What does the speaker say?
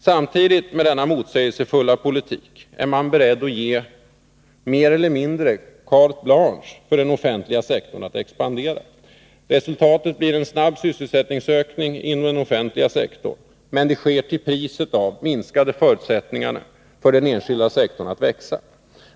Samtidigt med denna motsägelsefulla politik är man beredd att ge mer eller mindre carte blanche för den offentliga sektorn att expandera. Resultatet blir en snabb sysselsättningsökning inom den offentliga sektorn, men den sker till priset av minskade förutsättningar för den enskilda sektorn att växa.